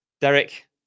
Derek